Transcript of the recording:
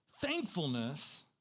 thankfulness